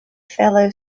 fellow